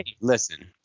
listen